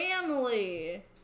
family